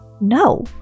no